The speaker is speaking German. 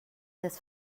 des